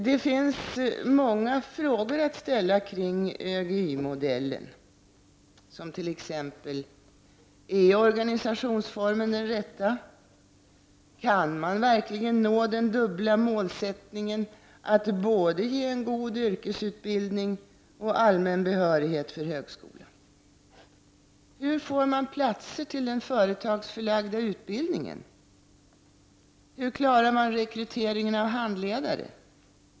Det finns många frågor att ställa kring ÖGY-modellen, t.ex: Är organisationsformen den rätta? Kan man verkligen nå den dubbla målsättningen — att ge både en god yrkesutbildning och allmän behörighet för högskolan? Hur får man platser till den företagsförlagda utbildningen? Hur klarar man rekryteringen av handledare?